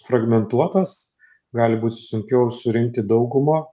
fragmentuotas gali būti sunkiau surinkti daugumą